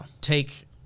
take